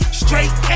straight